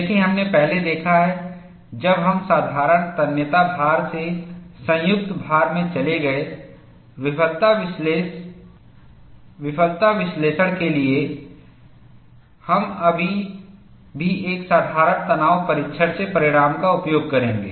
देखें हमने पहले देखा है जब हम साधारण तन्यता भार से संयुक्त भार में चले गए विफलता विश्लेषण के लिए हम अभी भी एक साधारण तनाव परीक्षण से परिणाम का उपयोग करेंगे